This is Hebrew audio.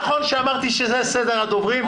נכון שאמרתי שזה סדר הדוברים,